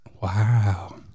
Wow